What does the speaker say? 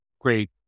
great